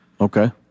okay